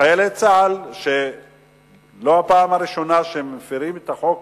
וחיילי צה"ל, זו לא הפעם הראשונה שמפירים את החוק